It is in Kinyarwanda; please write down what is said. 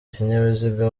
ikinyabiziga